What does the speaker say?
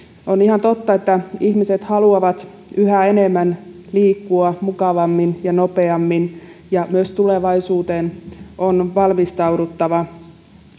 on ihan totta että ihmiset haluavat yhä enemmän liikkua mukavammin ja nopeammin ja myös tulevaisuuteen on valmistauduttava